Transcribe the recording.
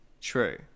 True